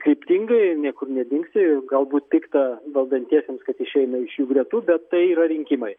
kryptingai niekur nedingsi galbūt pikta valdantiesiems kad išeina iš jų gretų bet tai yra rinkimai